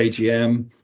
AGM